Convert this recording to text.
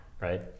right